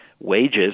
wages